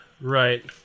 Right